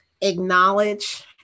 acknowledge